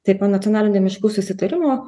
tai po nacionalinio miškų susitarimo